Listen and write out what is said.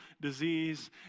disease